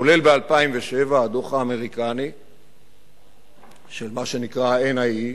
כולל ב-2007, הדוח האמריקני של מה שנקרא ה-NIE,